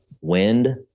wind